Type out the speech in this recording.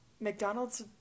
McDonald's